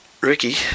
Ricky